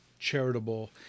charitable